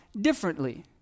differently